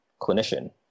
clinician